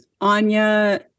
Anya